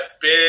big